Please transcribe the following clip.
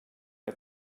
que